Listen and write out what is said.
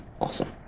Awesome